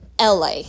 LA